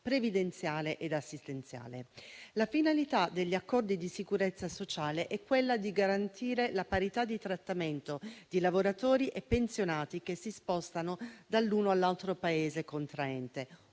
previdenziale e assistenziale. La finalità degli accordi di sicurezza sociale è quella di garantire la parità di trattamento di lavoratori e pensionati che si spostano dall'uno all'altro Paese contraente,